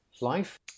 life